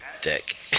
dick